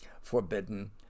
forbidden